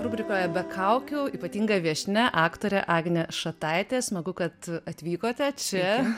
rubrikoje be kaukių ypatinga viešnia aktorė agnė šataitė smagu kad atvykote čia